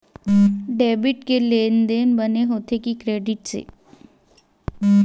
Debit से लेनदेन बने होथे कि क्रेडिट से?